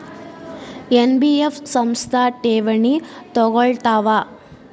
NBF ಸಂಸ್ಥಾ ಠೇವಣಿ ತಗೋಳ್ತಾವಾ?